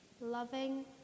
loving